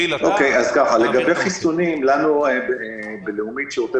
לגבי חיסונים לנו בלאומית שירותי